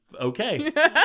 Okay